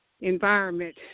environment